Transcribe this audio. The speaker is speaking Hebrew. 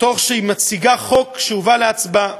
תוך שהיא מציגה חוק שהובא להצבעה,